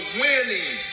winning